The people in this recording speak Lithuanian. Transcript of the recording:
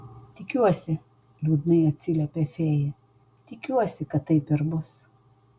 tikiuosi liūdnai atsiliepė fėja tikiuosi kad taip ir bus